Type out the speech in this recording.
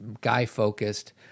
guy-focused